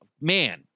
man